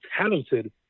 talented